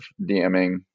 DMing